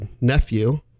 nephew